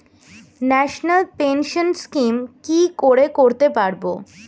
National pension scheme কি করে করতে পারব?